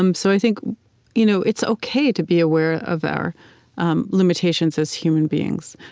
um so i think you know it's ok to be aware of our um limitations as human beings,